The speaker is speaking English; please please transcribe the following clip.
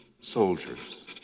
Soldiers